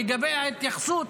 לגבי ההתייחסות